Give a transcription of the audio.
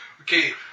Okay